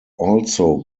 also